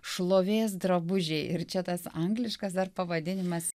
šlovės drabužiai ir čia tas angliškas dar pavadinimas